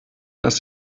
dass